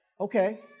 okay